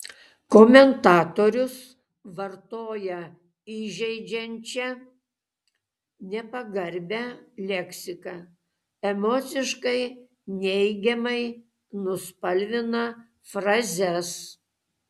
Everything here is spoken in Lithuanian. komentatorius vartoja įžeidžiančią nepagarbią leksiką emociškai neigiamai nuspalvina frazes